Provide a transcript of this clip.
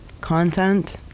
content